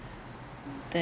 then